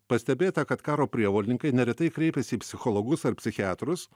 pastebėta kad karo prievolininkai neretai kreipiasi į psichologus ar psichiatrus